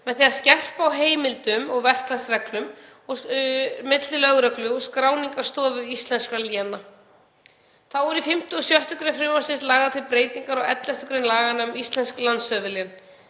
með því að skerpa á heimildum lögreglu og verklagsreglum milli lögreglu og skráningarstofu íslenskra léna. Þá er í 5. og 6. gr. frumvarpsins lagðar til breytingar á 11. gr. laganna um íslensk landshöfuðlén.